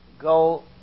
go